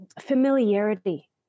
familiarity